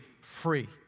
free